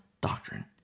doctrine